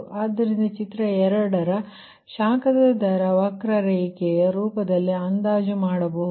ಆದ್ದರಿಂದ ಚಿತ್ರ 2 ರ ಶಾಖದ ದರ ವಕ್ರರೇಖೆಯ ರೂಪದಲ್ಲಿ ಅಂದಾಜು ಮಾಡಬಹುದು